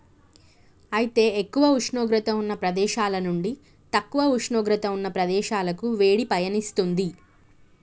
అయితే ఎక్కువ ఉష్ణోగ్రత ఉన్న ప్రదేశాల నుండి తక్కువ ఉష్ణోగ్రత ఉన్న ప్రదేశాలకి వేడి పయనిస్తుంది